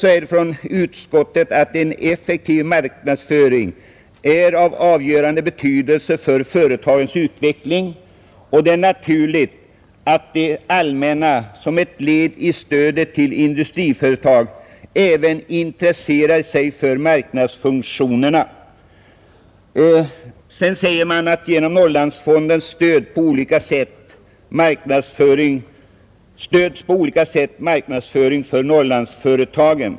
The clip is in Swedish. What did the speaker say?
Utskottet säger att en effektiv marknadsföring är av avgörande betydelse för företagens utveckling och fortsätter: ”Det är naturligt att det allmänna som ett led i stödet till industriföretag även intresserar sig för marknadsföringsfunktionerna. Genom Norrlandsfonden stöds på olika sätt marknadsföring för Norrlandsföretag.